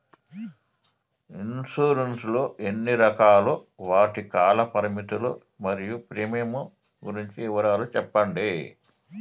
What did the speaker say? Insurance లు ఎన్ని రకాలు? వాటి కాల పరిమితులు మరియు ప్రీమియం గురించి వివరాలు సెప్పండి?